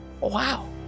Wow